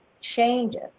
changes